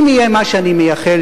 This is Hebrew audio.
אם יהיה מה שאני מייחל,